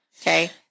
okay